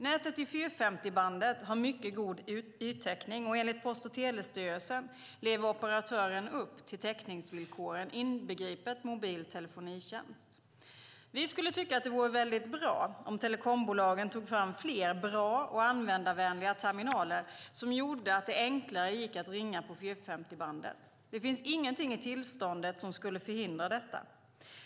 Nätet i 450-bandet har mycket god yttäckning, och enligt Post och telestyrelsen, PTS, lever operatören upp till täckningsvillkoren inbegripet mobil telefonitjänst. Vi skulle tycka att det vore bra om telekombolagen tog fram fler bra och användarvänliga terminaler som gjorde att det enklare gick att ringa på 450-bandet. Det finns ingenting i tillståndet som skulle förhindra detta.